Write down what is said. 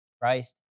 Christ